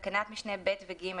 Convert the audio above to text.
תקנות משנה (ב) ו-(ג),